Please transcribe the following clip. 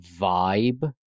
vibe